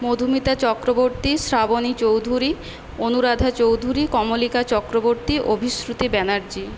Madhumita Chakraborty Shrabani Chowdhury Anuradha Chowdhury Kamalika Chakraborty Abhishruti Banerjee